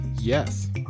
Yes